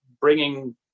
bringing